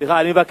נמנית